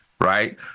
right